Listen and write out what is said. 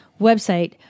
website